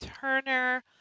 Turner